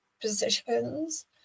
positions